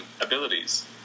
abilities